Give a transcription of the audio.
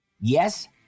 Yes